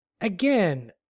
again